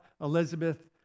Elizabeth